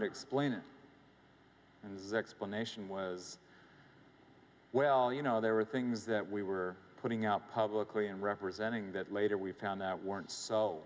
to explain it and the explanation was well you know there were things that we were putting out publicly in representing that later we found that weren't so